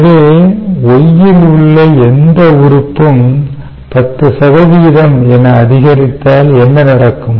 எனவே Y இல் உள்ள எந்த உறுப்பும் 10 என அதிகரித்தால் என்ன நடக்கும்